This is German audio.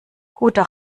guter